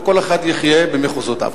וכל אחד יחיה במחוזותיו.